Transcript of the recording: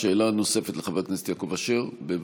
שאלה נוספת, חבר הכנסת יעקב אשר, בבקשה.